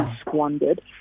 squandered